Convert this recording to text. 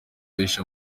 aisha